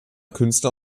künstler